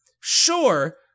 Sure